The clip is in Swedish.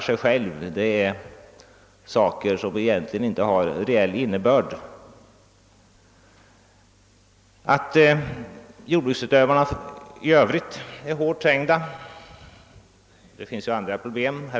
Jordbruksutövarna är också för övrigt hårt trängda eftersom det finns andra problem av vilka herr Wachtmeister berört en del.